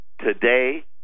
Today